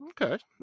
Okay